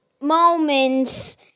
moments